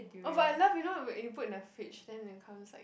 orh but I love you know you when you put into the fridge then it becomes like